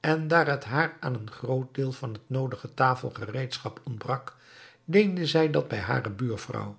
en daar het haar aan een groot deel van t noodige tafelgereedschap ontbrak leende zij dat bij hare buurvrouwen